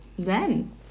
zen